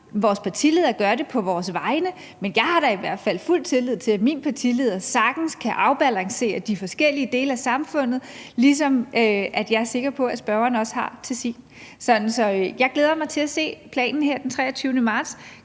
Vores partiledere gør det på vores vegne, men jeg har da i hvert fald fuld tillid til, at min partileder sagtens kan afbalancere de forskellige dele af samfundet, ligesom jeg er sikker på spørgeren også har til sin. Så jeg glæder mig til at se planen her den 23. marts.